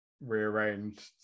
rearranged